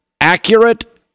Accurate